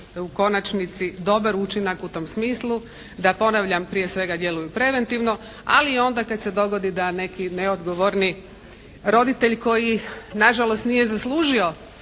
u konačnici dobar učinak u tom smislu da ponavljam prije svega djeluju preventivno ali i onda kad se dogodi da neki neodgovorni roditelj koji nažalost nije zaslužio